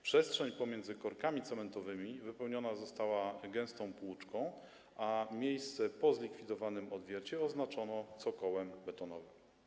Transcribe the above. Przestrzeń pomiędzy korkami cementowymi wypełniona została gęstą płuczką, a miejsce po zlikwidowanym odwiercie oznaczono cokołem betonowym.